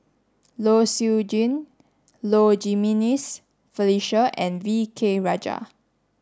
Low Siew Nghee Low Jimenez Felicia and V K Rajah